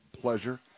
pleasure